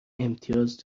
امتیاز